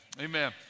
Amen